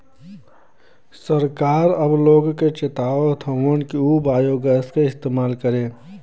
सरकार अब लोग के चेतावत हउवन कि उ बायोगैस क इस्तेमाल करे